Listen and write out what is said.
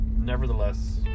nevertheless